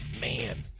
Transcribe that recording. man